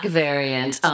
variant